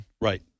Right